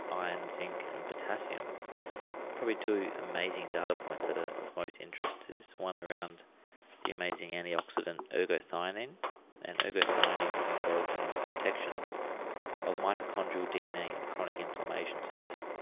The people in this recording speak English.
iron zinc and potassium probably two amazing data points that ah of most interest there's one around the amazing anti-oxidant ergothioneine and ergothioneine is involved in the protection of mitochondrial dna and chronic inflammation so this,